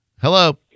Hello